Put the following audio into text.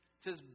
says